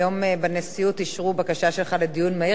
היום בנשיאות אישרו בקשה שלך לדיון מהיר